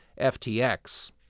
FTX